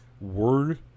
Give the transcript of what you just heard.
word